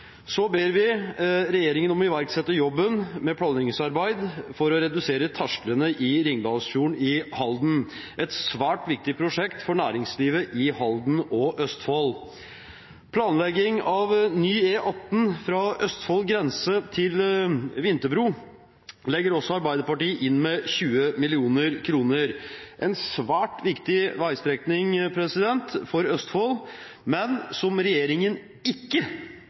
Så ber vi regjeringen om å iverksette jobben med planleggingsarbeid for å redusere tersklene i Ringdalsfjorden i Halden, et svært viktig prosjekt for næringslivet i Halden og Østfold. Når det gjelder planlegging av ny E18 fra Østfolds grense til Vinterbro, legger Arbeiderpartiet inn 20 mill. kr – en svært viktig veistrekning for Østfold, men som regjeringen ikke